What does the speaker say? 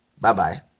Bye-bye